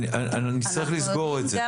נצטרך לסגור את זה.